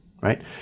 right